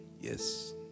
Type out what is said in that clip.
Yes